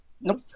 Nope